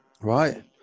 Right